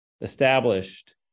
established